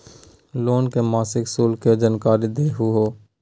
Loan के मासिक शुल्क के जानकारी दहु हो?